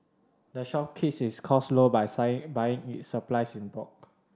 the shop keeps its costs low by buying its supplies in bulk